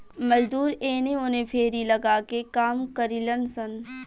मजदूर एने ओने फेरी लगा के काम करिलन सन